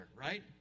right